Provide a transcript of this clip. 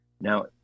Now